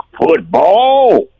football